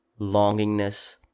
longingness